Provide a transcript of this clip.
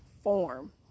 form